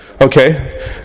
Okay